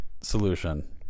solution